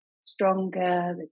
stronger